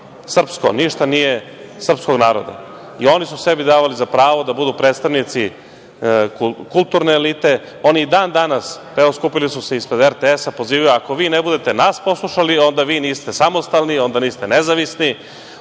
srpsko, ništa nije srpskog naroda. I oni su sebi davali za pravo da budu predstavnici kulturne elite. Oni i dan-danas, evo, skupili su se ispred RTS-a, pozivaju - ako vi ne budete nas poslušali, onda vi niste samostalni, onda niste nezavisni,